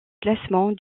classement